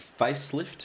Facelift